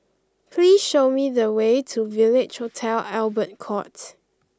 please show me the way to Village Hotel Albert Court